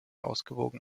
ausgewogen